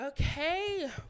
Okay